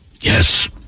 Yes